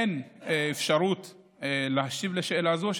אין אפשרות להשיב על שאלה זו,